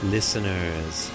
Listeners